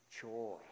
joy